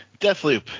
Deathloop